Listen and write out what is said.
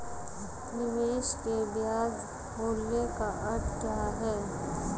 निवेश के ब्याज मूल्य का अर्थ क्या है?